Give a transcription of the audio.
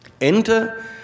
Enter